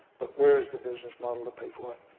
but where is the business model to pay for it?